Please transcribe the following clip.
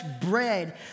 bread